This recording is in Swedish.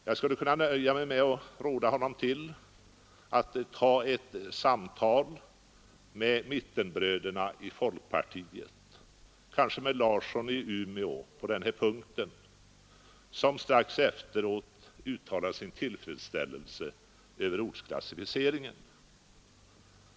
Jag skulle kunna nöja mig med att råda honom till att ta ett samtal om detta med mittenbröderna i folkpartiet, kanske med herr Larsson i Umeå, som strax efter herr Stridsmans inlägg uttalade sin tillfredsställelse över ortsklassificeringen.